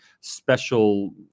special